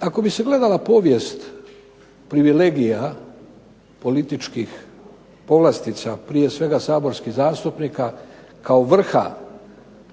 Ako bi se gledala povijest privilegija političkih povlastica prije svega saborskih zastupnika kao vrha